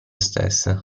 stesse